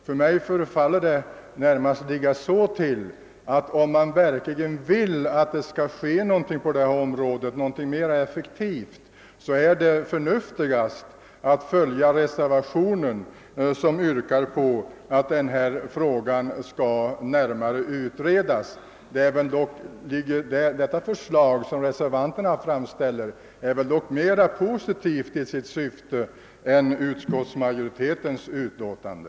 För mig förefaller det närmast vara mest förnuftigt, om man verkligen vill att det skall ske något på detta område, att stödja reservationen, där det yrkas att denna fråga skall utredas. Detta reservanternas förslag är väl mera positivt till sitt syfte än utskottsmajoritetens utlåtande.